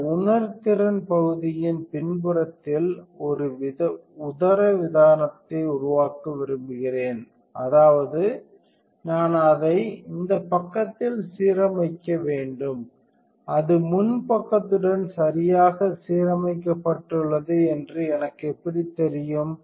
இந்த உணர்திறன் பகுதியின் பின்புறத்தில் ஒரு உதரவிதானத்தை உருவாக்க விரும்புகிறேன் அதாவது நான் அதை இந்த பக்கத்தில் சீரமைக்க வேண்டும் அது முன் பக்கத்துடன் சரியாக சீரமைக்கப்பட்டுள்ளது என்று எனக்கு எப்படி தெரியும்